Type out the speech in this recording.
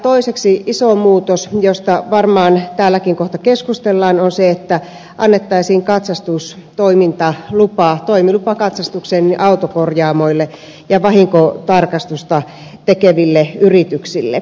toiseksi iso muutos josta varmaan täälläkin kohta keskustellaan on se että annettaisiin katsastustoimintalupa toimilupa katsastukseen autokorjaamoille ja vahinkotarkastusta tekeville yrityksille